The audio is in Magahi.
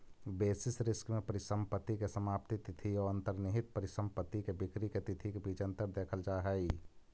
बेसिस रिस्क में परिसंपत्ति के समाप्ति तिथि औ अंतर्निहित परिसंपत्ति के बिक्री के तिथि के बीच में अंतर देखल जा हई